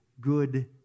good